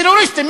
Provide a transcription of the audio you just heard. טרוריסטים,